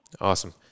Awesome